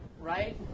right